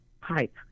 pipe